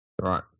right